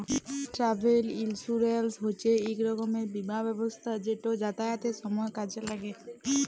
travel insurance হছে ইক রকমের বীমা ব্যবস্থা যেট যাতায়াতের সময় কাজে ল্যাগে